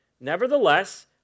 Nevertheless